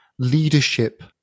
leadership